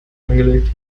angelegt